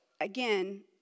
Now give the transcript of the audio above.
Again